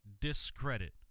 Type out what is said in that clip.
discredit